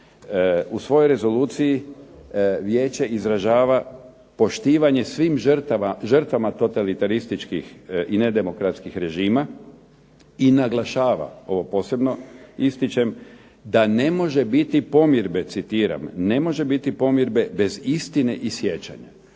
U svojoj rezoluciji vijeće izražava poštivanje svim žrtvama totalitarističkih i nedemokratskih režima i naglašava, ovo posebno ističem da ne može biti pomirbe, citiram ne može biti pomirbe bez istine i sjećanja.